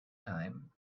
time